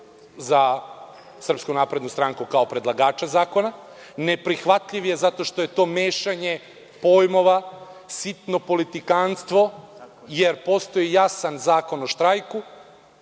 je neprihvatljiv za SNS kao predlagača zakona. Neprihvatljiv je zato što je to mešanje pojmova, sitno politikanstvo, jer postoji jasan Zakon o štrajku.